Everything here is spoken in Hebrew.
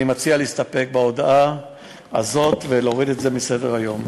אני מציע להסתפק בהודעה הזאת ולהוריד את זה מסדר-היום.